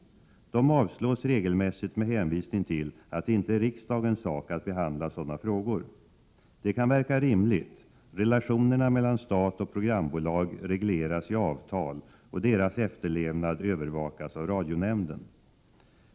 De avslås regelmässigt med hänvisning till att det inte är riksdagens sak att behandla sådana frågor. Det kan verka rimligt — relationerna mellan stat och programbolag regleras i avtal, och deras efterlevnad övervakas av radionämnden.